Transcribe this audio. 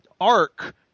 arc